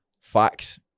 Facts